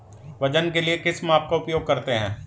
वजन के लिए किस माप का उपयोग करते हैं?